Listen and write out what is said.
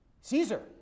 Caesar